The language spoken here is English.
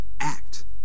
act